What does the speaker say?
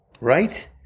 right